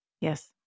Yes